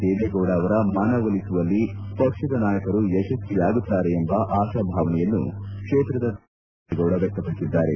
ದೇವೇಗೌಡ ಅವರ ಮನವೊಲಿಸುವಲ್ಲಿ ಪಕ್ಷದ ನಾಯಕರು ಯಶಸ್ವಿಯಾಗುತ್ತಾರೆ ಎಂಬ ಆತಾಭಾವನೆಯನ್ನು ಕ್ಷೇತ್ರದ ಪ್ರತಿನಿಧಿ ಮುದ್ದ ಹನುಮೇಗೌಡ ವ್ಯಕ್ತ ಪಡಿಸಿದ್ದಾರೆ